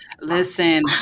listen